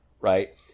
right